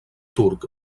turc